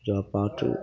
पूजापाठ